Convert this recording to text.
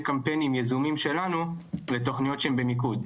קמפיינים יזומים שלנו לתוכניות שהם במיקוד.